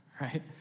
right